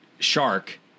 Shark